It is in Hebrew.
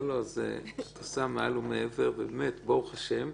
לא, את עושה מעל ומעבר, ברוך השם.